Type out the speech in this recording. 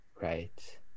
right